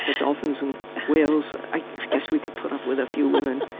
ah dolphins and whales. i guess we could put up with a few women.